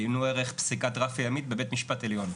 עיינו ערך פסיקת רפי עמית בבית המשפט העליון.